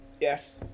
yes